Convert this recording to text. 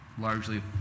largely